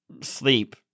Sleep